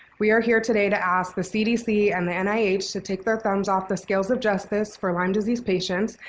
we are here today to ask the cdc and the and nih to take their thumbs up the scales of justice for lyme disease patients.